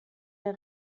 der